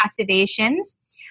Activations